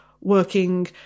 working